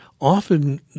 often